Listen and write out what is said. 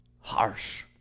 Harsh